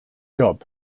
job